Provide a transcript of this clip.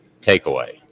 takeaway